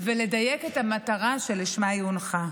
ולדייק את המטרה שלשמה היא הונחה.